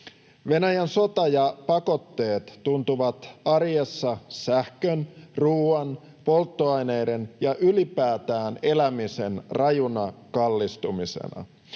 Venäjän sota ja pakotteet tuntuvat arjessa sähkön, ruoan, polttoaineiden ja ylipäätään elämisen rajuna kallistumisena.